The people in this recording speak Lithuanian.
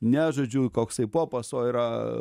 ne žodžiu koksai popas o yra